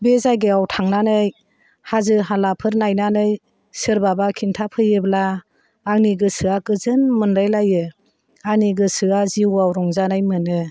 बे जायगायाव थांनानै हाजो हालाफोर नायनानै सोरबाबा खिन्थाफैयोब्ला आंनि गोसोआ गोजोन मोनलायलायो आंनि गोसोआ जिउआव रंजानाय मोनो